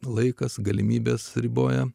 laikas galimybes riboja